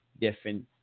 different